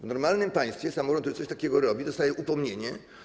W normalnym państwie samorząd, który coś takiego robi, dostaje upomnienie.